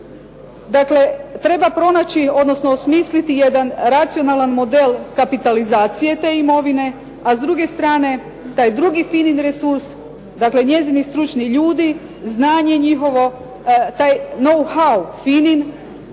milijarde kuna, treba osmisliti jedan racionalan model kapitalizacije te imovine, a s druge strane taj drugi FINA-in resurs njezini stručni ljudi, znanje njihovo, know how FINA-in